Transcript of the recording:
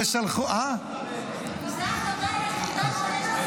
ושלחו --- זו --- היחידה שיש לכנסת ישראל,